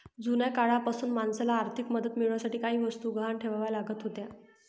जुन्या काळापासूनच माणसाला आर्थिक मदत मिळवण्यासाठी काही वस्तू गहाण ठेवाव्या लागत होत्या